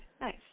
Nice